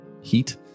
heat